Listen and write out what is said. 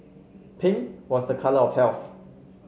pink was the colour of health